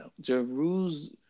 Jerusalem